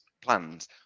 plans